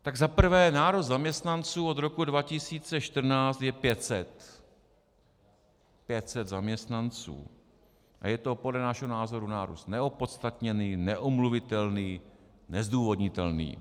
Tak za prvé nárůst zaměstnanců od roku 2014 je 500, 500 zaměstnanců, a je to podle našeho názoru nárůst neopodstatněný, neomluvitelný, nezdůvodnitelný.